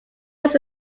was